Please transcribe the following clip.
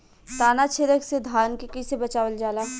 ताना छेदक से धान के कइसे बचावल जाला?